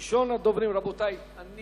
רבותי, אני